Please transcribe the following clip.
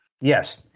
Yes